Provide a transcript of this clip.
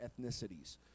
ethnicities